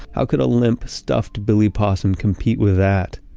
how could a limp, stuffed bill possum compete with that?